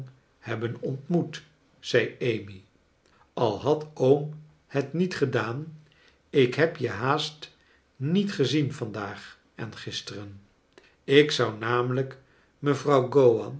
hebben ontmoet zei amy al had oom het niet gedaan ik heb je haast niet gezien vandaag en gisteren ik zou hamelijk mevrouw